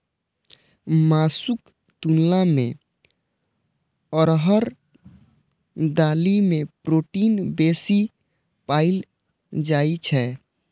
मासुक तुलना मे अरहर दालि मे प्रोटीन बेसी पाएल जाइ छै